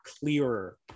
clearer